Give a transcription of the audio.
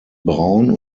braun